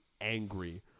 angry